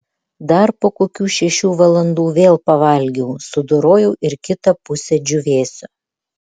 dar po kokių šešių valandų vėl pavalgiau sudorojau ir kitą pusę džiūvėsio